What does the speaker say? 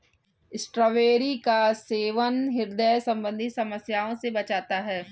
strawberry का सेवन ह्रदय संबंधी समस्या से बचाता है